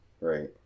Right